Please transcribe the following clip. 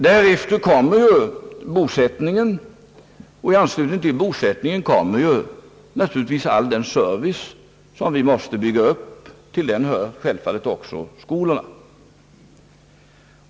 Därefter kommer bosättningen, och i anslutning till bosättningen kommer naturligtvis all den service som Om lärarbostäder på landsbygden, m.m. vi måste bygga upp. Till den hör självfallet också skolorna.